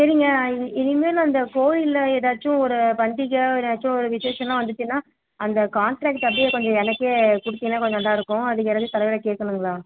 சரிங்க இ இனிமேல் அந்த கோவிலில் ஏதாச்சும் ஒரு பண்டிகை ஏதாச்சும் ஒரு விசேஷமெலாம் வந்துச்சுன்னா அந்த கான்ட்ராக்டை அப்டேயே கொஞ்சம் எனக்கே கொடுத்தீங்கன்னா கொஞ்சம் இதாக இருக்கும் அதுக்கு யாராவது தலைவரை கேட்கணுங்களா